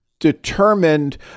determined